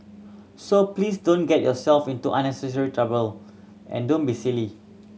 so please don't get yourself into unnecessary trouble and don't be silly